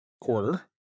Quarter